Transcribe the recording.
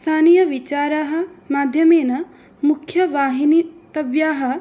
स्थानीयविचाराः माध्यमेन मुख्यवाहिनी तव्याः